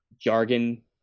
jargon